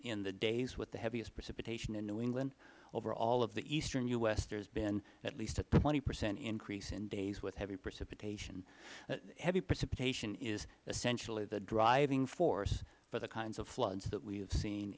in the days with the heaviest precipitation in new england over all of the eastern u s there has been at least a twenty percent increase in days with heavy precipitation heavy precipitation is essentially the driving force for the kinds of floods that we have seen